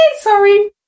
sorry